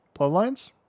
bloodlines